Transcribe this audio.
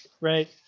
right